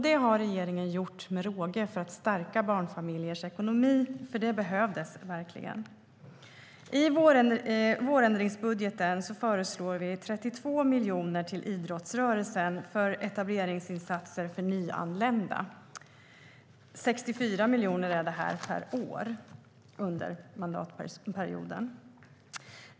Det har regeringen gjort med råge för att stärka barnfamiljers ekonomi. Det behövdes verkligen. I vårändringsbudgeten föreslår vi 32 miljoner för 2015 till idrottsrörelsen för etableringsinsatser för nyanlända. Det handlar om 64 miljoner per år under kommande år av mandatperioden.